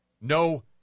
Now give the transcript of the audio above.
No